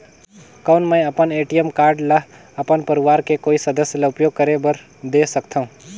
कौन मैं अपन ए.टी.एम कारड ल अपन परवार के कोई सदस्य ल उपयोग करे बर दे सकथव?